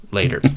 later